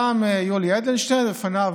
גם יולי אדלשטיין, ולפניו